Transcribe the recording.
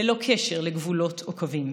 ללא קשר לגבולות או קווים.